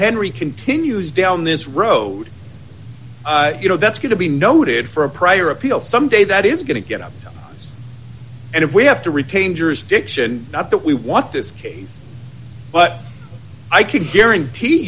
henry continues down this road you know that's going to be noted for a prior appeal some day that is going to get up and if we have to retain jurisdiction not that we want this case but i can guarantee